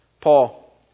Paul